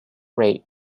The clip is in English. rate